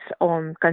on